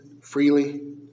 Freely